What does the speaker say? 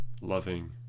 loving